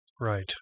Right